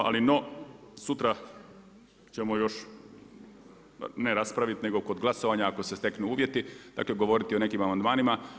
Ali no, sutra ćemo još ne raspraviti nego kod glasovanja ako se steknu uvjeti, dakle govoriti o nekim amandmanima.